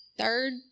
third